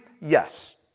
Yes